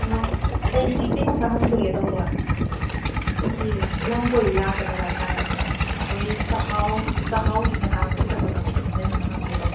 ꯑꯣ ꯑꯩꯁꯤ ꯀꯩꯅꯣꯝꯇ ꯍꯪꯖꯒꯦ ꯇꯧꯕ ꯑꯩꯁꯤ ꯂꯝꯀꯣꯏ ꯂꯥꯛꯀꯗ ꯍꯥꯏꯇꯥꯔꯦ ꯑꯗꯨꯗ ꯑꯩꯈꯣꯏ ꯆꯥꯛꯍꯥꯎ ꯆꯥꯛꯍꯥꯎꯒꯤ ꯃꯇꯥꯡꯗ ꯈꯤꯇꯪꯈꯇꯪ ꯈꯪꯖꯅꯤꯡ ꯍꯪꯒꯦ ꯇꯧꯅꯦ